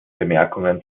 bemerkungen